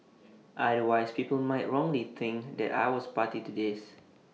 otherwise people might wrongly think that I was party to this